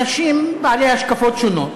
היא הייתה אנדרוגינוס המורכב מאנשים בעלי השקפות שונות,